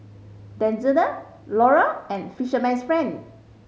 Denizen Lora and Fisherman's Friend